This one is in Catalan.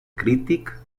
crític